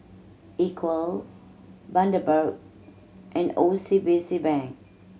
Equal Bundaberg and O C B C Bank